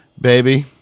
baby